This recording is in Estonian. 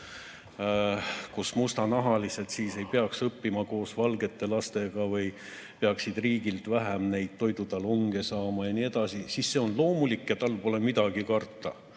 et mustanahalised ei peaks õppima koos valgete lastega või peaksid riigilt vähem toidutalonge saama ja nii edasi, siis see on loomulik ja tal pole midagi karta.